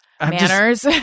manners